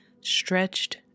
stretched